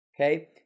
Okay